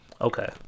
okay